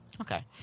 Okay